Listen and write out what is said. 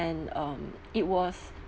and um it was